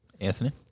Anthony